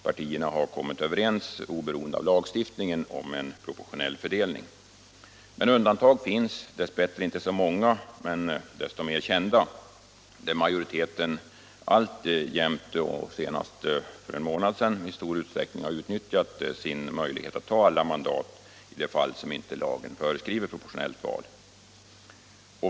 Partierna har, oberoende av lagstiftningen, kommit överens om en proportionell fördelning. Men undantag finns — dess bättre inte så många, men desto mer kända — där majoriteten alltjämt, och senast för en månad sedan, i stor utsträckning har utnyttjat sin möjlighet att ta alla mandat i de fall där inte lagen föreskriver proportionellt val.